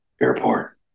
airport